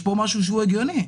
יש פה משהו הגיוני,